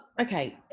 okay